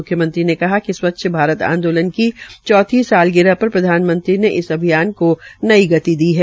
मुख्यमंत्री ने कहा कि स्वच्छ भारत आंदोलन की चौथी सालगिराह पर प्रधानमंत्री ने इस अभियान को नई गति दी है